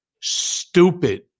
stupid